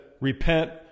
repent